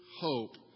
hope